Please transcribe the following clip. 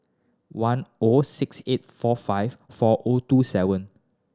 one O six eight four five four O two seven